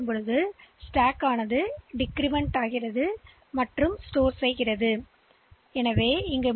எனவே புஷ் போது ஸ்டாக் குறைவு மற்றும் கடை பாணியில் செயல்படுகிறது